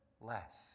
less